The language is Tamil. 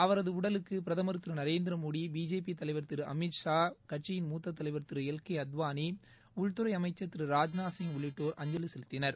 அவரது உடலுக்கு பிரதமர் திரு நரேந்திரமோடி பிஜேபி தலைவர் திரு அமித்ஷா கட்சியின் மூத்த தலைவர் திரு எல் கே அத்வாளி உள்துறை அமைச்சர் திரு ராஜ்நாத்சிங் உள்ளிட்டோர் அஞ்சலி செலுத்தினர்